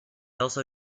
also